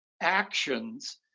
actions